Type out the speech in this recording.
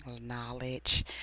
knowledge